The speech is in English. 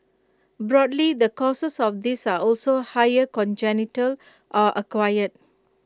broadly the causes of this are also higher congenital or acquired